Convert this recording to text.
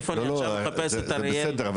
איפה אני עכשיו אחפש את אריאל --- כן,